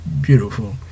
beautiful